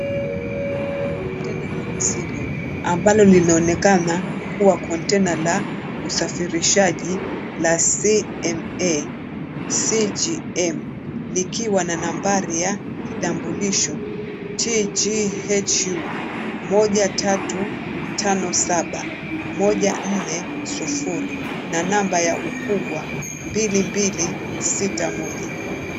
Konteina la mizigo ambalo linaonekana kuwa konteina la usafirishaji la CMACGM likiwa na nambari kitambulisho TGHU 1357140 na namba ya ukubwa 2261.